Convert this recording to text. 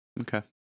Okay